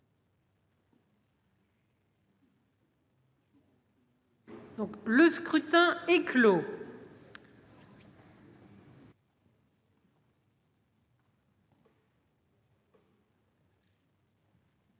Le scrutin est clos.